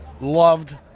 loved